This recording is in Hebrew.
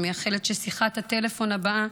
אני מאחלת ששיחת הטלפון הבאה